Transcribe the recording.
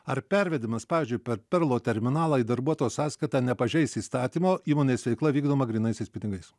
ar pervedimas pavyzdžiui per perlo terminalą į darbuotojo sąskaitą nepažeis įstatymo įmonės veikla vykdoma grynaisiais pinigais